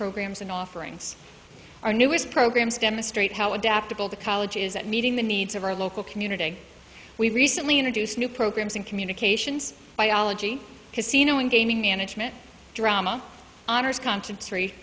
programs and offerings our newest programs demonstrate how adaptable the college is at meeting the needs of our local community we recently introduced new programs and communications biology casino and gaming management drama honors con